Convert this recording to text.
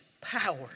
power